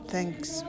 thanks